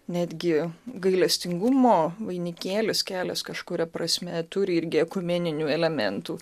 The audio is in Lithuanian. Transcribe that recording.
netgi gailestingumo vainikėlis kelias kažkuria prasme turi irgi ekumeninių elementų